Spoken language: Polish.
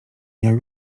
miał